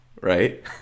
right